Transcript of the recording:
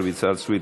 רויטל סויד,